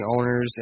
owner's